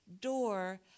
door